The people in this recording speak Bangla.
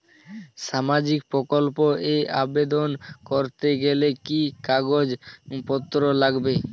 সামাজিক প্রকল্প এ আবেদন করতে গেলে কি কাগজ পত্র লাগবে?